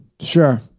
Sure